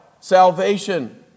salvation